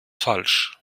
falsch